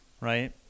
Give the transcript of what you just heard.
right